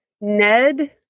Ned